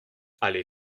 allée